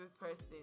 person